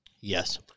Yes